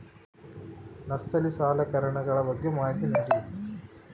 Nursery ಸಲಕರಣೆಗಳ ಬಗ್ಗೆ ಮಾಹಿತಿ ನೇಡಿ?